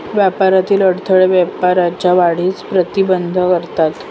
व्यापारातील अडथळे व्यवसायाच्या वाढीस प्रतिबंध करतात